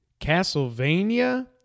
Castlevania